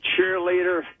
cheerleader